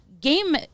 game